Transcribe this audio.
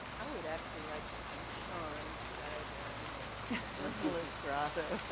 i would actually like to see sean diagram the nautilus grotto.